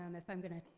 um if i'm gonna,